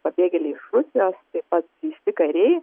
pabėgėliai iš rusijos pasiųsti kariai